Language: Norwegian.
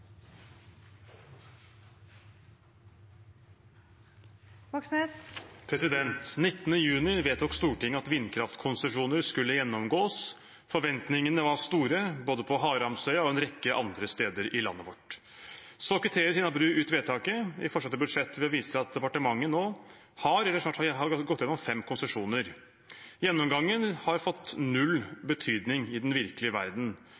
juni vedtok Stortinget at vindkraftkonsesjoner skulle gjennomgås. Forventningene var store både på Haramsøya og en rekke andre steder i landet vårt. Så kvitterer Tina Bru ut vedtaket i forslaget til budsjett ved å vise til at departementet nå har gått igjennom fem konsesjoner. Gjennomgangen har fått null betydning i den virkelige verden,